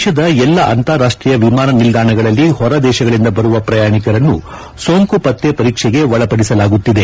ದೇಶದ ಎಲ್ಲಾ ಅಂತಾರಾಷ್ಟೀಯ ವಿಮಾನ ನಿಲ್ದಾಣಗಳಲ್ಲಿ ಹೊರ ದೇಶಗಳಿಂದ ಬರುವ ಪ್ರಯಾಣಿಕರನ್ನು ಸೋಂಕು ಪತ್ತೆ ಪರೀಕ್ಷೆಗೆ ಒಳಪಡಿಸಲಾಗುತ್ತಿದೆ